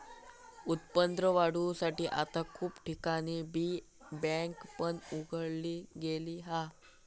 उत्पन्न वाढवुसाठी आता खूप ठिकाणी बी बँक पण उघडली गेली हा